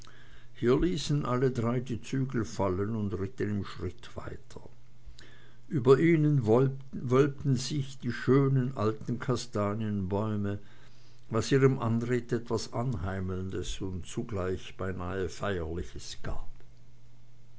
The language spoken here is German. hier ließen alle drei die zügel fallen und ritten im schritt weiter über ihnen wölbten sich die schönen alten kastanienbäume was ihrem anritt etwas anheimelndes und zugleich etwas beinah feierliches gab